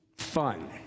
fun